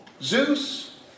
Zeus